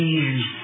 years